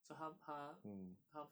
so 他他他